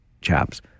chaps